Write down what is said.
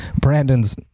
Brandon's